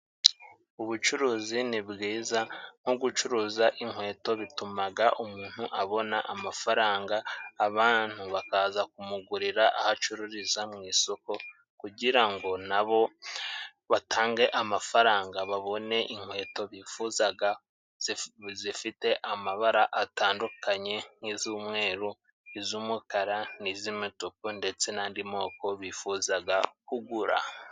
Ubucuruzi nibwiza nko gucuruza inkweto bituma umuntu abona amafaranga, abantu bakaza kumugurira aho acururiza mu isoko kugira ngo na bo batange amafaranga babone inkweto bifuza, zifite amabara atandukanye nk'iz'umweru, iz'umukara n'iz'imituku, ndetse n'andi moko bifuza kugura.